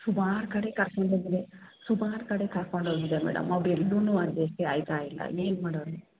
ಸುಮಾರ್ ಕಡೆಗೆ ಕರ್ಕಂಡು ಹೋಗಿದ್ದೆ ಸುಮಾರ್ ಕಡೆಗೆ ಕರ್ಕೊಂಡು ಹೋಗಿದ್ದೆ ಮೇಡಮ್ ಅವ್ರು ಎಲ್ಲೂ ಅಡ್ಜೆಸ್ಟೆ ಆಗ್ತಾ ಇಲ್ಲ ಇನ್ನೇನು ಮಾಡೋದು